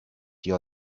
your